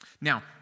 Now